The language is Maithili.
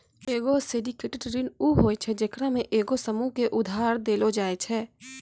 एगो सिंडिकेटेड ऋण उ होय छै जेकरा मे एगो समूहो के उधार देलो जाय छै